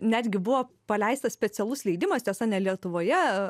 netgi buvo paleistas specialus leidimas tiesa ne lietuvoje